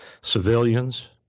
civilians